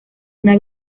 una